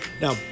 Now